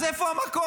אז איפה המקום?